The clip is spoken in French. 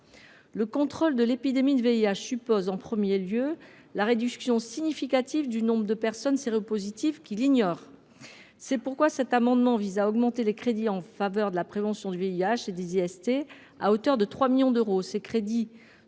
Le contrôle de l’épidémie de VIH suppose, en premier lieu, la réduction significative du nombre de personnes séropositives qui l’ignorent. C’est pourquoi cet amendement vise à augmenter de 3 millions d’euros les crédits en faveur de la prévention du VIH et des IST. Ces crédits seraient prélevés